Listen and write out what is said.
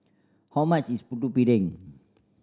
how much is Putu Piring